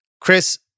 Chris